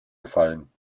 gefallen